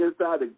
inside